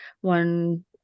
one